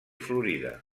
florida